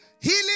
Healing